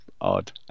odd